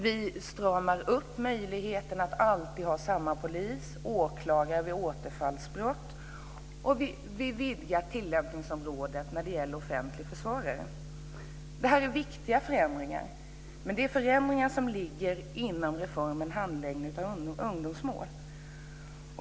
Vi stramar upp möjligheterna att alltid ha samma polis och åklagare vid återfallsbrott, och vi vidgar tillämpningsområdet när det gäller offentlig försvarare. Det här är viktiga förändringar, men det är förändringar som ligger inom reformen handläggning av ungdomsmål.